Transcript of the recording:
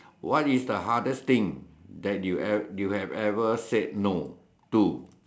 what is the hardest thing that you ever you have ever said no to